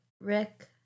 rick